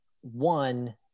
one